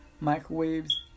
microwaves